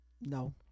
No